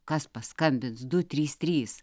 kas paskambins du trys trys